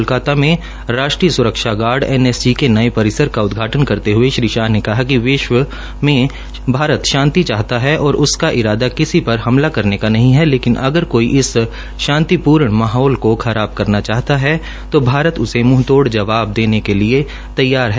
कोलकाता में राष्ट्रीय स्रक्षा गार्डएनएसजी के नये परिसर का उदघाटन करते हये श्री शाह ने कहा कि भारत विश्व मे शांति चाहता है और उसका इरादा किसी पर हमला करने का नहीं है लेकिन अगर कोई इस शांतिपूर्ण माहौल का खराब करना चाहता है तो भारत उसे मुंहतोड़ जवाब देने के लिए तैयार है